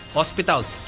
hospitals